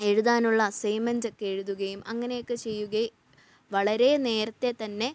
എഴുതാനുള്ള അസൈമെൻ്റക്കെ എഴുതുകയും അങ്ങനെയൊക്കെ ചെയ്യുകയ് വളരെ നേരത്തേ തന്നെ